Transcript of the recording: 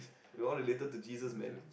we're all related to Jesus man